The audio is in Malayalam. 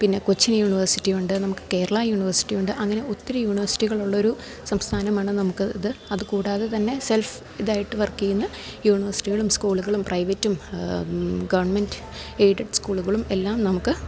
പിന്നെ കൊച്ചിൻ യൂണിവേഴ്സിറ്റി ഉണ്ട് നമുക്ക് കേരള യൂണിവേഴ്സിറ്റി ഉണ്ട് അങ്ങനെ ഒത്തിരി യൂണിവേഴ്സിറ്റികളുള്ളൊരു സംസ്ഥാനമാണ് നമുക്ക് ഇത് അത് കൂടാതെ തന്നെ സെൽഫ് ഇതായിട്ട് വർക്കെയ്യുന്ന യൂണിവേഴ്സിറ്റികളും സ്കൂളുകളും പ്രൈവറ്റും ഗവൺമെൻറ്റ് എയ്ഡഡ് സ്കൂളുകളും എല്ലാം നമുക്ക്